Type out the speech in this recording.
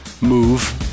Move